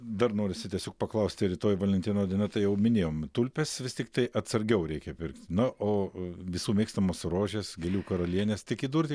dar norisi tiesiog paklausti rytoj valentino diena tai jau minėjom tulpes vis tiktai atsargiau reikia pirkt na o visų mėgstamos rožės gėlių karalienės tik įdurti